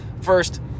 First